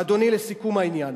ואדוני, לסיכום העניין: